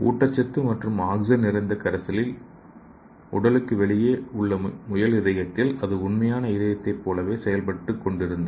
ஊட்டச்சத்து மற்றும் ஆக்ஸிஜன் நிறைந்த கரைசலில் உடலுக்கு வெளியே உள்ள முயல் இதயத்தில் அது ஒரு உண்மையான இதயத்தைப் போலவே செயல்பட்டுக் கொண்டிருந்தது